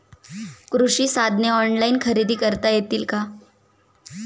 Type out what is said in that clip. कृषी साधने ऑनलाइन खरेदी करता येतील का?